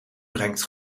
brengt